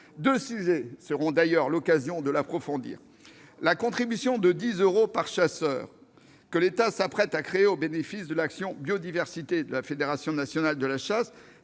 Deux sujets seront d'ailleurs l'occasion de l'approfondir. D'abord, la contribution de 10 euros par chasseur cotisant, que l'État s'apprête à créer au bénéfice de l'action « biodiversité » de la Fédération nationale de chasse,